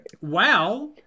Wow